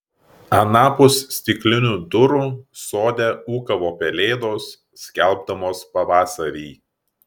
anapus stiklinių durų sode ūkavo pelėdos skelbdamos pavasarį